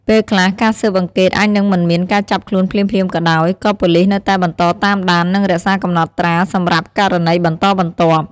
ពេលខ្លះ ការស៊ើបអង្កេតអាចនឹងមិនមានការចាប់ខ្លួនភ្លាមៗក៏ដោយ ក៏ប៉ូលិសនៅតែបន្តតាមដាន និងរក្សាកំណត់ត្រាសម្រាប់ករណីបន្តបន្ទាប់។